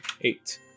eight